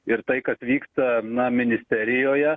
ir tai kad vykta na ministerijoje